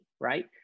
right